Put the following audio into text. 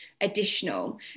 additional